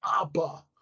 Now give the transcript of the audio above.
Abba